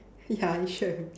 ya you shared with me